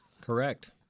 Correct